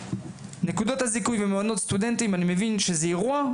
נקודות הזיכוי ומעונות הסטודנטים אני מבין שזה אירוע.